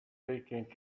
taking